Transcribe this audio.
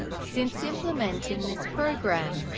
since implementing this program,